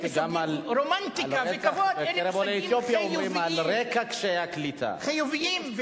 "רומנטיקה" ו"כבוד" אלה מושגים חיוביים,